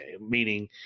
meaning